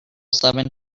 seven